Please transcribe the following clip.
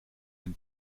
den